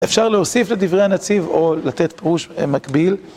אפשר להוסיף לדברי הנציב או לתת פירוש מקביל.